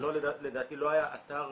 שלדעתי לא היה אתר